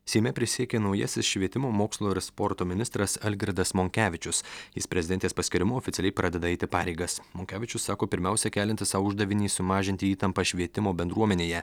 seime prisiekė naujasis švietimo mokslo ir sporto ministras algirdas monkevičius jis prezidentės paskyrimu oficialiai pradeda eiti pareigas monkevičius sako pirmiausia keliantis sau uždavinį sumažinti įtampą švietimo bendruomenėje